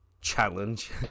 challenge